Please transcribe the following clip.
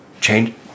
change